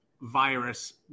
virus